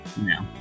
No